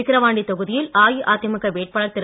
விக்கரவாண்டி தொகுதியில் அஇஅதிமுக வேட்பாளர் திரு